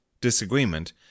disagreement